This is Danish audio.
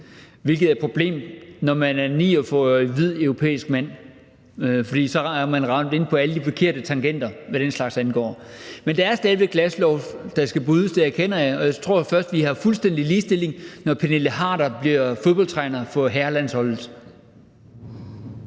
hvilket er et problem, når man er en 49-årig hvid europæisk mand; for så rammer man alle de forkerte tangenter, hvad den slags angår. Men der er stadig væk et glasloft, der skal brydes – det erkender jeg – og jeg tror først, at vi har fuldstændig ligestilling, når Pernille Harder bliver fodboldtræner for herrelandsholdet.